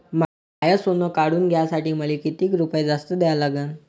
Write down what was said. माय सोनं काढून घ्यासाठी मले कितीक रुपये जास्त द्या लागन?